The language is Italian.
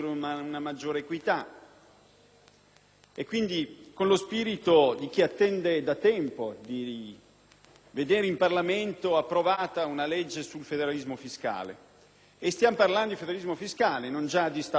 quindi, con lo spirito di chi attende da tempo di vedere in Parlamento approvata una legge sul federalismo fiscale. Stiamo parlando di federalismo fiscale, non già di Stato federale: questo è importante dirlo.